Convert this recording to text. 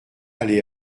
aller